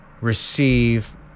receive